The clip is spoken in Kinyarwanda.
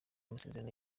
amasezerano